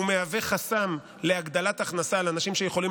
הוא מהווה חסם להגדלת הכנסה לאנשים שיכולים